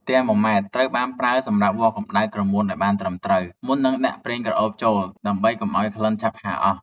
ទែម៉ូម៉ែត្រ ត្រូវបានប្រើសម្រាប់វាស់កម្ដៅក្រមួនឱ្យបានត្រឹមត្រូវ មុននឹងដាក់ប្រេងក្រអូបចូលដើម្បីកុំឱ្យក្លិនឆាប់ហើរអស់។